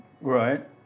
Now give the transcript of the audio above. Right